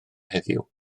heddiw